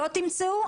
לא תמצאו?